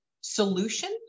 solution